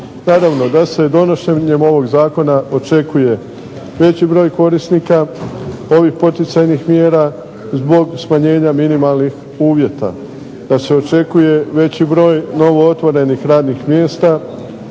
Naravno da se donošenjem ovog zakona očekuje veći broj korisnika ovih poticajnih mjera zbog smanjenja minimalnih uvjeta. Da se očekuje veći broj novootvorenih radnih mjesta